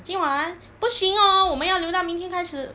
今晚不行哦我们要留到明天开始